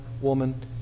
woman